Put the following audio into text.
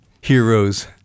heroes